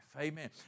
Amen